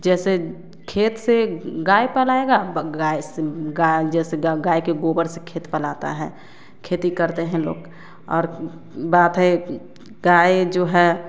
जैसे खेत से गाय पलाएगा ब गाय से गाय जैसे ब गाय के गोबर से खेत पलाता है खेती करते हैं लोग